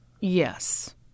Yes